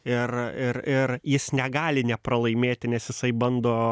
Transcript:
ir ir ir jis negali nepralaimėti nes jisai bando